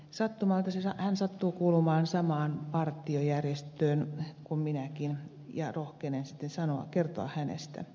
sattumalta hän sattuu kuulumaan samaan partiojärjestöön kuin minäkin ja rohkenen kertoa hänestä